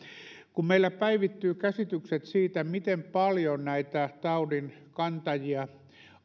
kun meillä päivittyvät käsitykset siitä miten paljon näitä taudin kantajia